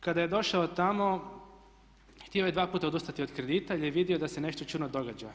Kada je došao tamo htio je dva puta odustati od kredita jer je vidio da se nešto čudno događa.